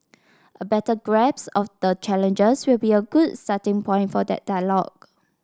a better grasp of the challenges will be a good starting point for that dialogue